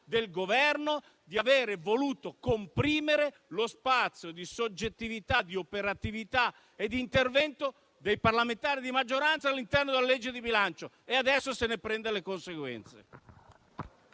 del Governo che ha voluto comprimere lo spazio di soggettività, di operatività e di intervento dei parlamentari di maggioranza all'interno della legge di bilancio e adesso se ne prende le conseguenze.